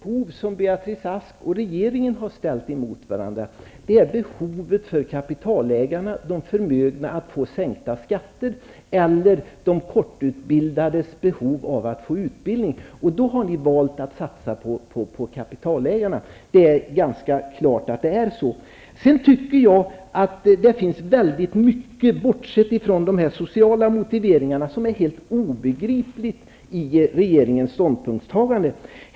Herr talman! Beatrice Ask och regeringen har ställt olika behov mot varandra. Det handlar dels om kapitalägarnas, de förmögnas, behov av att få sänkta skatter, dels om de kortutbildades behov av att få utbildning. Det framstår ganska klart att ni har valt att satsa på kapitalägarna. Bortsett från de sociala motiveringarna finns det väldigt mycket som är helt obegripligt i fråga om regeringens ståndpunkt.